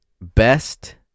Best